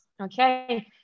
okay